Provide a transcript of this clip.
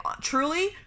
truly